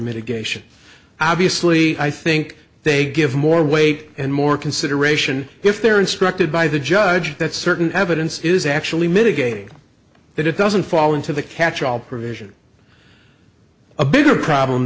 mitigation obviously i think they give more weight and more consideration if they're instructed by the judge that certain evidence is actually mitigating that it doesn't fall into the catch all provision a bigger problem